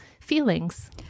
feelings